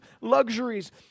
luxuries